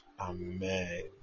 Amen